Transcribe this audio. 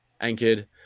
anchored